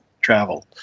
travel